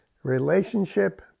relationship